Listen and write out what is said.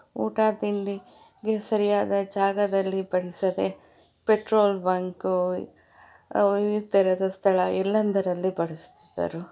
ಊಟ ತಿಂಡಿ ಗೆ ಸರಿಯಾದ ಜಾಗದಲ್ಲಿ ಬಳಸದೇ ಪೆಟ್ರೋಲ್ ಬಂಕು ಈ ಥರದ ಸ್ಥಳ ಎಲ್ಲೆಂದರಲ್ಲಿ ಬಳಸುತ್ತಿದ್ದರು